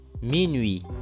Minuit